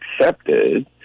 accepted